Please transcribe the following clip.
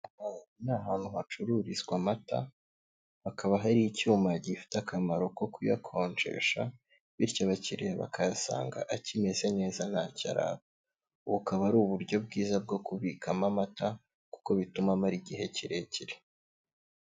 Aha ni ahantu hacururizwa amata, hakaba hari icyuma gifite akamaro ko kuyakonjesha bityo abakiriya bakayasanga akimeze neza ntacyo araba; ubu bukaba ari uburyo bwiza bwo kubikamo amata kuko bituma amara igihe kirekire.